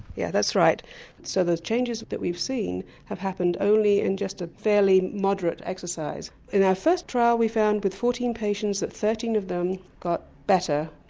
yeah, that's right so those changes that we've seen have happened only in just a fairly moderate exercise. in our fist trial we found with fourteen patients that thirteen of them got better.